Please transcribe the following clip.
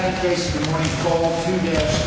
i guess